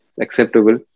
acceptable